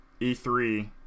e3